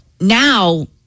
now